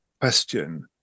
question